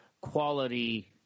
quality